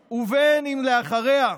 כלכלה.